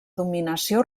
dominació